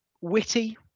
witty